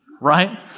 right